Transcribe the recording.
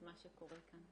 שקורה כאן.